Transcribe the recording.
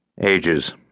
Ages